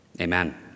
Amen